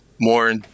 more